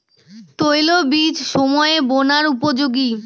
তৈলবীজ কোন সময়ে বোনার উপযোগী?